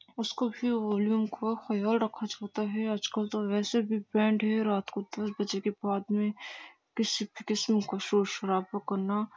اس کو بھی والیوم کا خیال رکھا جاتا ہے آج کل تو ویسے بھی بینڈ ہے رات کو دس بجے کے بعد میں کسی بھی قسم کا شور شرابا کرنا